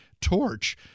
torch